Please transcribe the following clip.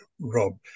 Rob